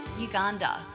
Uganda